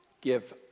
Give